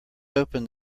opened